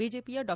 ಬಿಜೆಪಿಯ ಡಾ